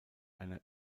einer